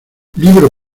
libro